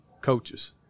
coaches